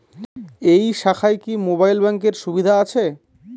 এই শাখায় কি মোবাইল ব্যাঙ্কের সুবিধা আছে?